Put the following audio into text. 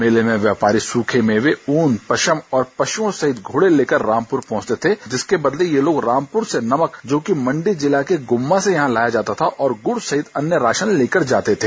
मेले में व्यापारी सूखे मेवे ऊन पशम और पशुओं सहित घोड़े लेकर रामपूर पहुंचते थे जिसके बदले ये लोग रामपूर से नमक जो कि मंडी जिला के गुम्मा से यहां लोग जाता था और गुड़ सहित अन्य राशन लेकर जाते थे